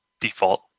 default